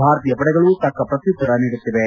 ಭಾರತೀಯ ಪಡೆಗಳು ತಕ್ಷ ಪ್ರತ್ಯುತ್ತರ ನೀಡುತ್ತಿವೆ